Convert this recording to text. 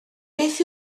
beth